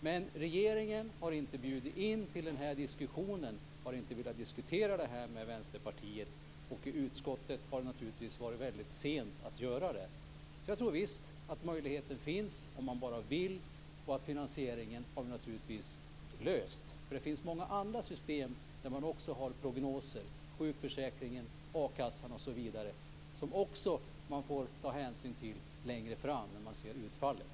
Men regeringen har inte bjudit in till den här diskussionen. Man har inte velat diskutera detta med Vänsterpartiet. I utskottet har det naturligtvis varit sent att göra det. Jag tror att möjligheten finns om man bara vill. Finansieringen har vi naturligtvis löst. Det finns många andra system där man har prognoser, sjukförsäkringen, a-kassan osv. som man också får ta hänsyn till längre fram när man ser utfallet.